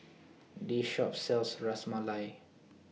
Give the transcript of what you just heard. This Shop sells Ras Malai